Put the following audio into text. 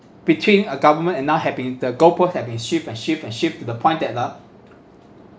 between a government and now have been the goalpost have been shift and shift and shift to the point that ah